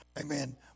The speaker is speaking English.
amen